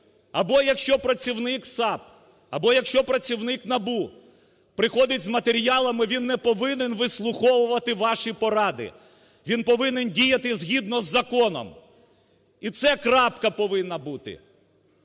або якщо працівник САП, або якщо працівник НАБУ приходить з матеріалами, він не повинен вислуховувати ваші поради, він повинен діяти згідно з законом і це крапка повинна бути.